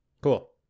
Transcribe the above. Cool